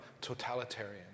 totalitarian